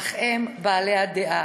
אך הם בעלי דעה.